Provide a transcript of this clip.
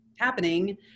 happening